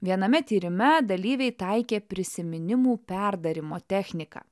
viename tyrime dalyviai taikė prisiminimų perdarymo techniką